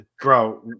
Bro